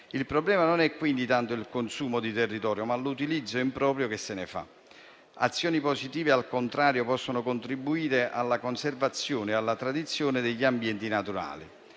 Il problema non è quindi tanto il consumo di territorio, ma l'utilizzo improprio che se ne fa. Azioni positive, al contrario, possono contribuire alla conservazione e alla tradizione degli ambienti naturali.